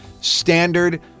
standard